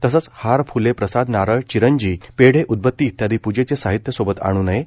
तसंच हार फूले प्रसाद नारळ विरंजी पेढे उदबत्ती इत्यादी प्जेचे साहित्य सोबत आणू नये